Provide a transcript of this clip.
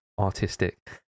artistic